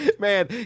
Man